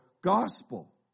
gospel